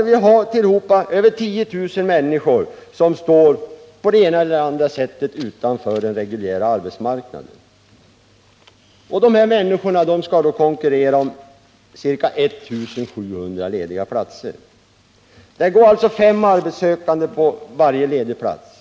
Vi har tillhopa över 10 000 människor som på ett eller annat sätt står utanför den reguljära arbetsmarknaden. Dessa människor skall konkurrera om ca 1 700 lediga platser. Det går alltså fem sökande på varje ledig plats.